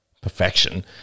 Perfection